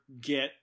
get